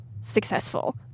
successful